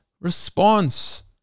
response